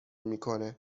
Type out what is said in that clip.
میکنه